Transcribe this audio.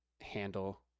handle